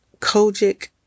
Kojic